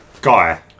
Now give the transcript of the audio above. guy